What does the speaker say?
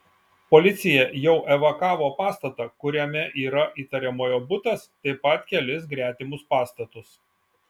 policija jau evakavo pastatą kuriame yra įtariamojo butas taip pat kelis gretimus pastatus